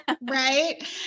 Right